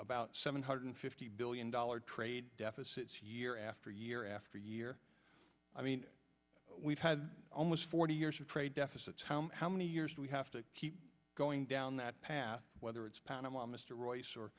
about seven hundred fifty billion dollars trade deficits year after year after year i mean we've had almost forty years of trade deficits how many years do we have to keep going down that path whether it's panama mr royce